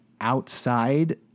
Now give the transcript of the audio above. outside